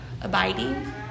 abiding